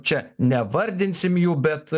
čia nevardinsim jų bet